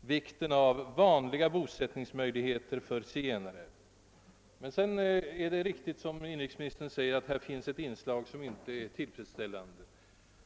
vikten av vanliga bosättningsmöjligheter för zigenare. Emellertid är det riktigt, som inrikesministern säger, att här finns ett inslag i rekommendationen som inte är tillfredsställande från svensk standardsynpunkt.